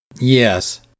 Yes